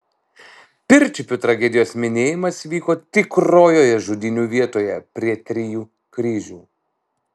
pirčiupių tragedijos minėjimas vyko tikrojoje žudynių vietoje prie trijų kryžių